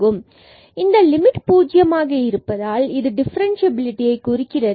மற்றும் இந்த லிமிட் பூஜ்யமாக இருப்பதால் இது டிஃபரன்ஸ்சியபிலிடியை குறிக்கிறது